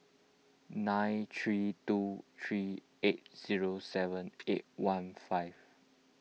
nine three two three eight zero seven eight one five